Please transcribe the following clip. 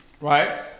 right